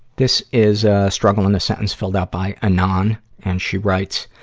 this is, ah, struggle in a sentence filled out by anon, and she writes,